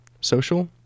social